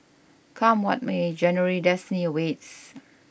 come what may January's destiny awaits